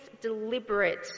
deliberate